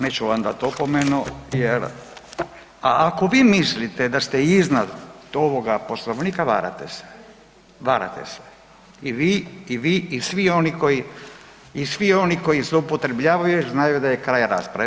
Neću vam dat opomenu jer, a ako vi mislite da ste iznad ovoga Poslovnika varate se, varate se i vi, i vi, i svi oni koji, i svi oni koji zloupotrebljavaju jer znaju da je kraj rasprave.